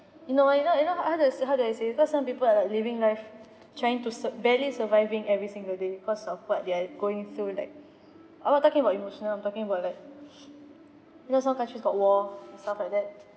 you know you know you know how do how do I say cause some people are like living life trying to sur~ barely surviving every single day cause of what they're going through like I'm not talking about emotional I'm talking about like you know some countries got war and stuff like that